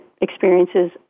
experiences